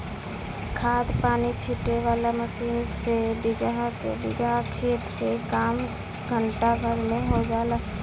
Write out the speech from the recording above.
खाद पानी छीटे वाला मशीन से बीगहा के बीगहा खेत के काम घंटा भर में हो जाला